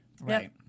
right